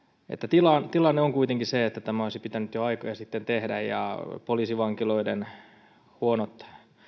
tilanne on kuitenkin se että tämä olisi pitänyt jo aikoja sitten tehdä ja poliisivankiloiden huonot